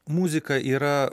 muzika yra